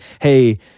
hey